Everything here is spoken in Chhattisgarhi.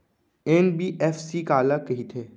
एन.बी.एफ.सी काला कहिथे?